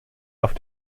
auf